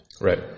Right